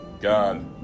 God